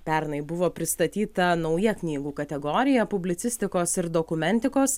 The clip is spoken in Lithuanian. pernai buvo pristatyta nauja knygų kategorija publicistikos ir dokumentikos